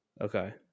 Okay